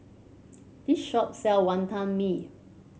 this shop sell Wonton Mee